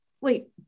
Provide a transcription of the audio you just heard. Wait